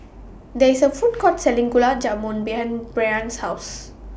There IS A Food Court Selling Gulab Jamun behind Bryana's House